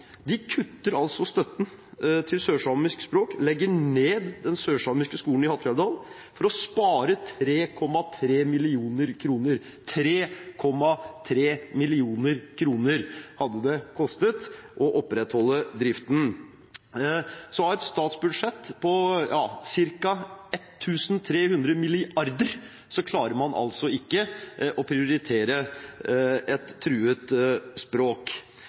de kutter altså støtten til sørsamisk språk og legger ned den sørsamiske skolen i Hattfjelldal for å spare 3,3 mill. kr – 3,3 mill. kr hadde det kostet å opprettholde driften. Med et statsbudsjett på ca. 1 300 mrd. kr klarer man altså ikke å prioritere et truet språk.